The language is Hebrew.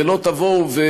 ואל תבואו,